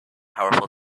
powerful